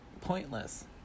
pointless